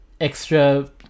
extra